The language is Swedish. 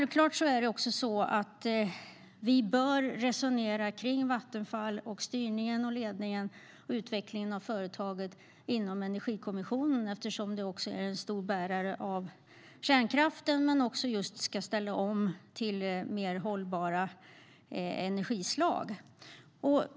Vi bör självfallet resonera kring Vattenfall och dess styrning, ledning och utveckling inom Energikommissionen, eftersom företaget också är en stor bärare av kärnkraft och ska ställa om till mer hållbara energislag.